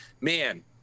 man